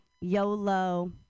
YOLO